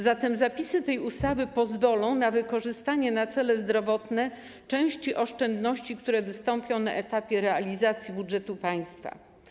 Zapisy tej ustawy pozwolą na wykorzystanie na cele zdrowotne części oszczędności, które pojawią się na etapie realizacji budżetu państwa.